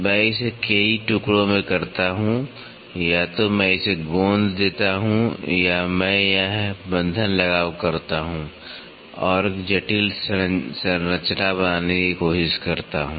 मैं इसे कई टुकड़ों में करता हूं या तो मैं इसे गोंद देता हूं या मैं यह बन्धन लगाव करता हूं और एक जटिल संरचना बनाने की कोशिश करता हूं